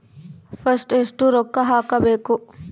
First ಎಷ್ಟು ರೊಕ್ಕ ಹಾಕಬೇಕು?